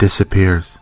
disappears